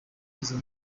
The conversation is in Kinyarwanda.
izo